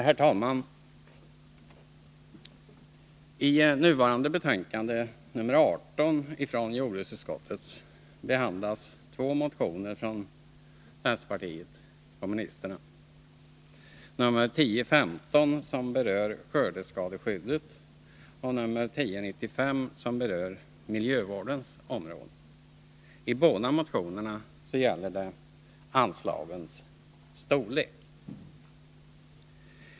Herr talman! I nu förevarande betänkande från jordbruksutskottet, nr 18, behandlas två motioner från vänsterpartiet kommunisterna: nr 1015, som berör skördeskadeskyddet, och nr 1095, som berör miljövårdens område. I båda motionerna gäller det anslagens storlek.